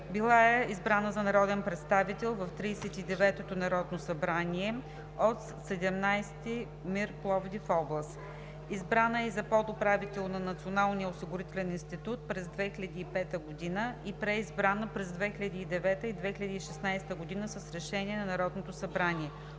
Била е избрана за народен представител в Тридесет и деветото Народно събрание от 17. МИР – Пловдив-област. Избрана е за подуправител на Националния осигурителен институт през 2005 г. и е преизбрана през 2009 г. и 2016 г. с решение на Народното събрание.